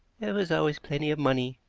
there was always plenty of money,